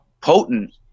potent